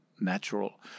natural